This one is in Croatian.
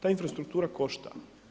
Ta infrastruktura košta.